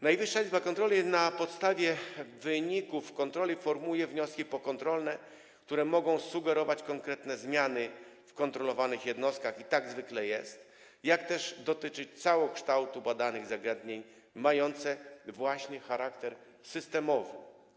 Najwyższa Izba Kontroli na podstawie wyników kontroli formułuje wnioski pokontrolne, które mogą sugerować konkretne zmiany w kontrolowanych jednostkach, i tak zwykle jest, jak też dotyczyć całokształtu badanych zagadnień, mające właśnie charakter systemowy.